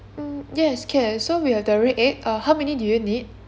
um yes can so we have the red egg err how many do you need